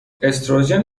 استروژن